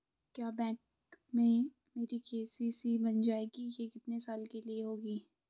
क्या बैंक में मेरी के.सी.सी बन जाएगी ये कितने साल के लिए होगी?